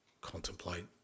contemplate